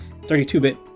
32-bit